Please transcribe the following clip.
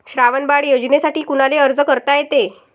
श्रावण बाळ योजनेसाठी कुनाले अर्ज करता येते?